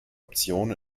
option